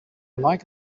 like